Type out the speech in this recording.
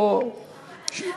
כן,